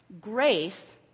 Grace